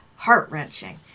heart-wrenching